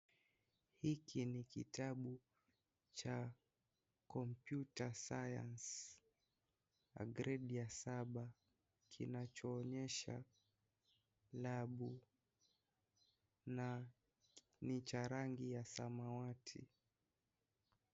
Hiki ni kitabu cha computer science cha gredi ya saba kinachoonyesha labu na ni cha rangi ya samawati.